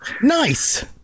nice